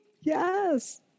Yes